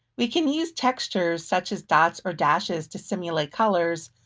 we can use textures such as dots or dashes to simulate colors,